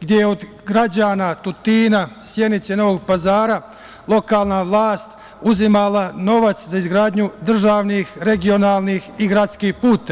gde je od građana Tutina, Sjenice, Novog Pazara lokalna vlast uzimala novac za izgradnju državnih, regionalnih i gradskih puteva.